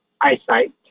eyesight